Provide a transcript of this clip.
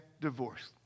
divorce